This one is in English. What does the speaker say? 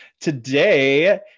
today